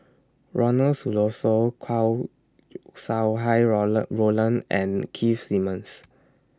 Ronald Susilo Chow Sau Hai Rola Roland and Keith Simmons